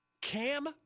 Cam